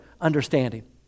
understanding